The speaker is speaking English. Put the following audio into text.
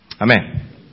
Amen